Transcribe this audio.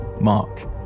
Mark